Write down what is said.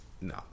no